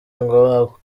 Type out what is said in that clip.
ngo